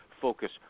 focus